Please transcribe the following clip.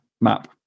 map